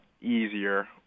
easier